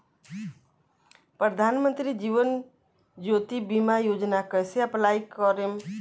प्रधानमंत्री जीवन ज्योति बीमा योजना कैसे अप्लाई करेम?